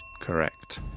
Correct